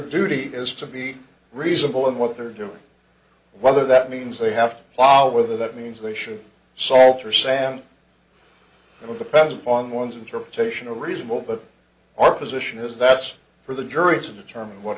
duty is to be reasonable in what they're doing whether that means they have to follow whether that means they should salter sam it will depend on one's interpretation of reasonable but our position is that's for the jury to determine what